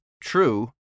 true